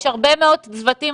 יש הרבה מאוד צוותים